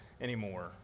anymore